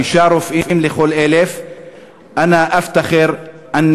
שישה רופאים לכל 1,000. (אומר דברים בשפה הערבית,